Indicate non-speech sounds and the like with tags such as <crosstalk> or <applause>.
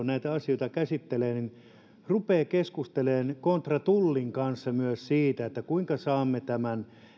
<unintelligible> näitä asioita käsittelee niin hän rupeaa keskustelemaan kontra tullin kanssa myös siitä kuinka saamme